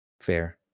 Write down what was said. fair